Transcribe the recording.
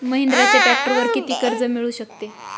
महिंद्राच्या ट्रॅक्टरवर किती कर्ज मिळू शकते?